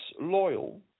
loyal